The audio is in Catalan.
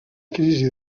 crisi